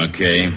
Okay